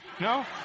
no